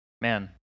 Man